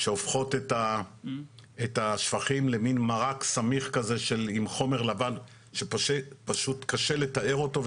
שהופכות את שפכים למין מרק סמיך כזה עם חומר לבן שפשוט קשה לתאר אותו,